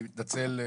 אני מתנצל.